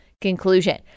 conclusion